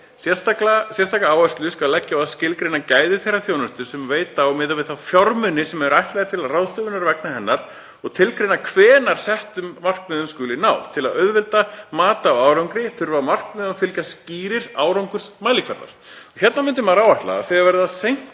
Sérstaka áherslu skal leggja á að skilgreina gæði þeirrar þjónustu sem veita á miðað við þá fjármuni sem ætlaðir eru til ráðstöfunar vegna hennar og tilgreina hvenær settum markmiðum skuli náð. Til að auðvelda mat á árangri þurfa markmiðum að fylgja skýrir árangursmælikvarðar.“ Hérna myndi maður áætla að þegar verið